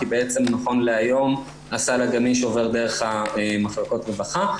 כי בעצם הסל הגמיש עובר דרך מחלקות רווחה.